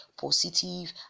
positive